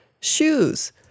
shoes